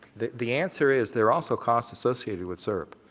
the the answer is there are also cost associated with srp.